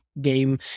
game